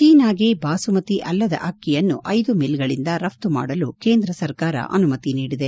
ಚೀನಾಕ್ಷೆ ಬಾಸುಮತಿ ಅಲ್ಲದ ಅಕ್ಕಿಯನ್ನು ಐದು ಮಿಲ್ಗಳಿಂದ ರಫ್ತು ಮಾಡಲು ಕೇಂದ್ರ ಸರ್ಕಾರ ಅನುಮತಿ ನೀಡಿದೆ